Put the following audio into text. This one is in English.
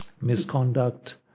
misconduct